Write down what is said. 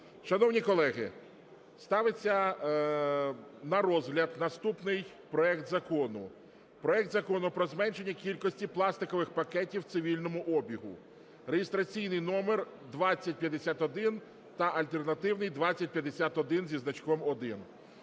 Шановні колеги, ставиться на розгляд наступний проект Закону. Проект Закону про зменшення кількості пластикових пакетів в цивільному обігу (реєстраційний номер 2051) та альтернативний (2051 зі значком 1).